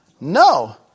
No